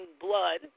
blood